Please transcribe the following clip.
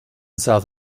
south